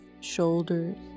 shoulders